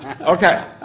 Okay